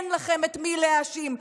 אין לכם את מי להאשים.